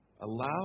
Allow